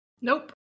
nope